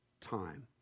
time